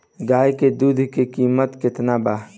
गाय के दूध के कीमत केतना बा?